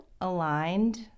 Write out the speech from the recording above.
aligned